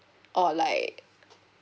or like